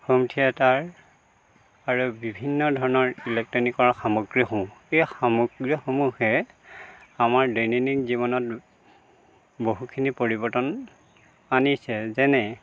home theatre আৰু বিভিন্ন ধৰণৰ ইলেক্ট্ৰনিকৰ সামগ্ৰীসমূহ এই সামগ্ৰীসমূহে আমাৰ দৈনন্দিন জীৱনত বহুখিনি পৰিৱৰ্তন আনিছে যেনে